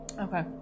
Okay